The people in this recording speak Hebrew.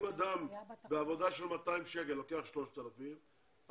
אם אדם בעבודה שעלותה 200 שקלים לוקח 3,000 שקלים,